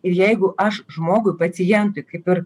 ir jeigu aš žmogų pacientui kaip ir